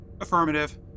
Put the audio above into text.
Affirmative